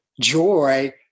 joy